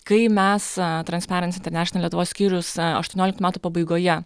kai mes transpieransi internešenal lietuvos skyrius aštuonioliktų metų pabaigoje